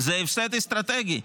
זה הפסד אסטרטגי,